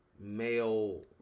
male